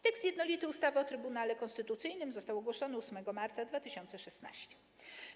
Tekst jednolity ustawy o Trybunale Konstytucyjnym został ogłoszony 8 marca 2016 r.